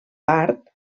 part